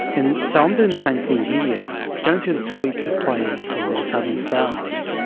and so i'm doing the same thing here, going through the tweets of players from the southern stars,